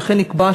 וכן לקבוע